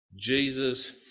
Jesus